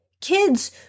kids